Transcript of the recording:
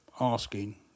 asking